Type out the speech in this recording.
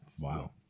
Wow